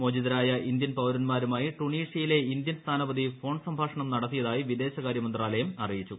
മോചിതരായ Indian പൌരന്മാരുമായി ടുണീഷൃയിലെ Indian സ്ഥാനപതി ഫോൺ സംഭാഷണം നടത്തിയതായി വിദേശകാരൃമന്ത്രാലയം അറിയിച്ചു